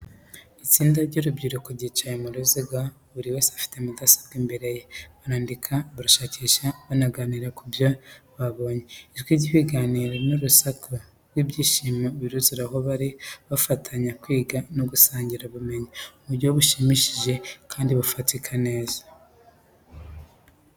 Itsinda ry’urubyiruko ryicaye mu ruziga, buri wese afite mudasobwa imbere ye. Barandika, barashakisha, banaganira ku byo babonye. Ijwi ry’ibiganiro n’urusaku rw’ibyishimo biruzura aho bari, bafatanya kwiga no gusangira ubumenyi mu buryo bushimishije kandi bufatika neza.